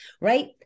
right